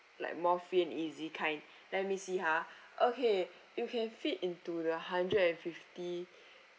like more free and easy kind let me see ha okay you can fit into the hundred and fifty